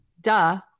Duh